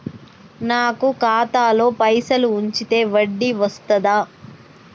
నాకు ఖాతాలో పైసలు ఉంచితే వడ్డీ వస్తదా?